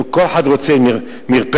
כל אחד רוצה מרפסת,